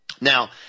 Now –